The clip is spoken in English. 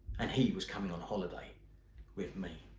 and he was coming on holiday with me.